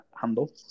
handle